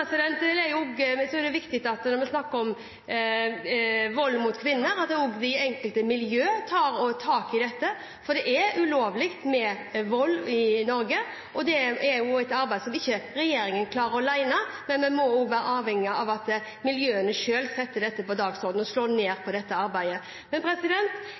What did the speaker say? Det er viktig, når vi snakker om vold mot kvinner, at også de enkelte miljøene tar tak i dette, for det er ulovlig med vold i Norge. Dette er et arbeid som regjeringen ikke klarer alene. Vi er avhengig av at miljøene selv setter dette på dagsordenen og slår ned på dette. Kvinner i Norge, om de er etnisk norske eller har minoritetsbakgrunn, skal ha rettigheter. Det